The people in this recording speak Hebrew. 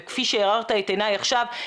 וכפי שהארת את עיניי עכשיו,